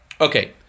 Okay